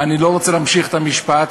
אני לא רוצה להמשיך את המשפט,